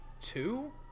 Two